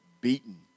beaten